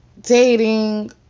dating